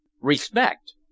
Respect